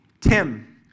Tim